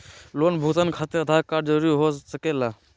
Loan भुगतान खातिर Aadhaar card जरूरी हो सके ला?